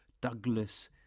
Douglas